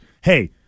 Hey